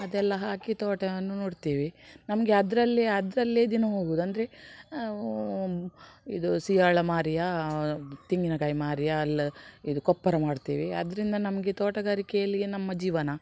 ಅದೆಲ್ಲಾ ಹಾಕಿ ತೋಟವನ್ನು ನೋಡ್ತಿವಿ ನಮಗೆ ಅದರಲ್ಲೇ ಅದರಲ್ಲೇ ದಿನ ಹೋಗೋದು ಅಂದರೆ ಇದು ಸಿಯಾಳ ಮಾರಿಯೋ ತೆಂಗಿನಕಾಯಿ ಮಾರಿಯೋ ಅಲ್ಲ ಇದು ಕೊಪ್ಪರ ಮಾಡ್ತೀವಿ ಅದರಿಂದ ನಮಗೆ ತೋಟಗಾರಿಕೆಯಲ್ಲಿಯೇ ನಮ್ಮ ಜೀವನ